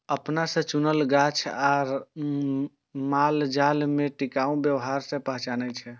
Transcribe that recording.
अपना से चुनल गाछ आ मालजाल में टिकाऊ व्यवहार से पहचानै छै